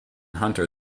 hunter